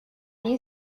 you